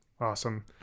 Awesome